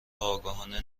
آگاهانه